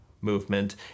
movement